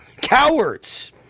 cowards